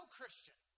Christian